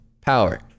power